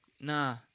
Nah